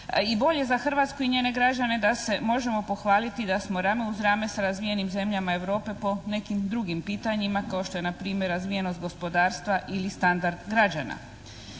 i bolje za Hrvatsku i njene građane da se možemo pohvaliti da smo rame uz rame sa razvijenim zemljama Europe po nekim drugim pitanjima kao što je npr. razvijenost gospodarstva ili standard građana.